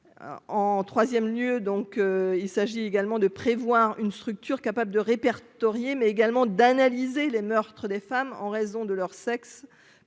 en 3ème lieu donc il s'agit également de prévoir une structure capable de répertorier mais également d'analyser les meurtres des femmes en raison de leur sexe